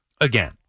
again